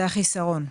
החיסרון.